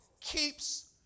keeps